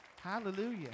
Hallelujah